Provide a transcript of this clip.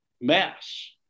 mass